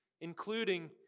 including